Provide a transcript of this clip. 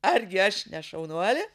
argi aš ne šaunuolė